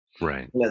Right